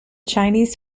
chinese